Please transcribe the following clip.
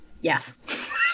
Yes